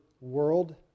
world